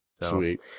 Sweet